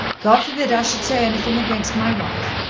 god forbid i should say anything against my wife.